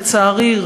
לצערי,